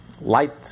light